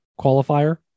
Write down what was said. qualifier